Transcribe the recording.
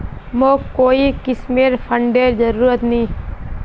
मोक कोई किस्मेर फंडेर जरूरत नी